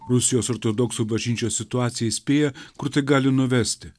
rusijos ortodoksų bažnyčios situacija įspėja kur tai gali nuvesti